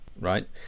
Right